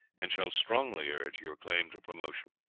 and shall strongly urge your claim to promotion.